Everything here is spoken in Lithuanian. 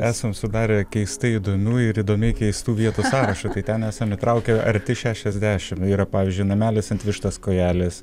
esam sudarę keistai įdomių ir įdomiai keistų vietų sąrašą tai ten esam įtraukę arti šešiasdešim yra pavyzdžiui namelis ant vištos kojelės